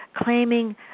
claiming